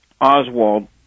Oswald